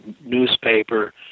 newspaper